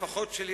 לפחות שלי,